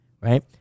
right